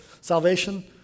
Salvation